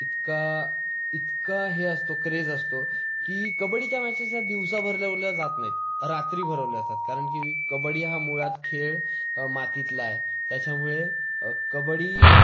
इतका इतका हे असतो क्रेज असतो की कबड्डीच्या मॅचेस या दिवसा भरल्या उरल्या जात नाहीत रात्री भरवल्या जातात कारण की कबड्डी हा मुळात खेळ मातीतला आहे त्याच्यामुळे कबड्डी